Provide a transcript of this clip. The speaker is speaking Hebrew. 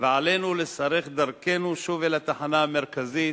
ועלינו לשרך את דרכנו שוב אל התחנה המרכזית